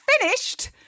finished